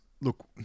look